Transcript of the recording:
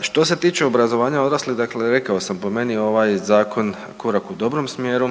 Što se tiče obrazovanja odraslih, dakle rekao sam po meni je ovaj zakon korak u dobrom smjeru